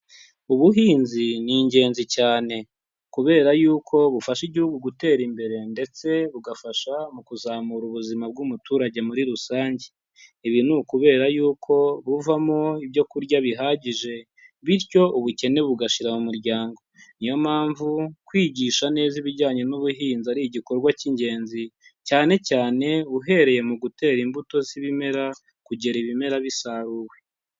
Ubuhinzi ni ingenzi cyane, kubera yuko bufasha igihugu gutera imbere ndetse bugafasha mu kuzamura ubuzima bw'umuturage muri rusange, ibi ni ukubera yuko buvamo ibyo kurya bihagije bityo ubukene bugashira mu muryango, niyo mpamvu kwigisha neza ibijyanye n'ubuhinzi ari igikorwa cy'ingenzi, cyane cyane uhereye mu gutera imbuto z'ibimera kugera ibimera bisaruwe.